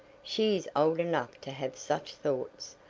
she is old enough to have such thoughts,